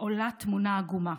עולה תמונה עגומה: